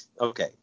okay